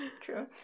True